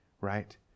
Right